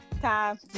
Time